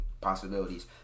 possibilities